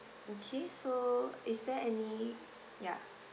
okay so is there any ya